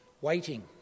waiting